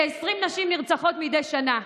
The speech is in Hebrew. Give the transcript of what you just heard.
כ-20 נשים נרצחות מדי שנה,